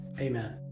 Amen